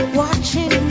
watching